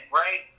right